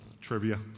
trivia